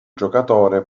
giocatore